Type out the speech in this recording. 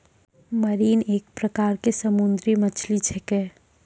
marine एक प्रकार के समुद्री मछली छेकै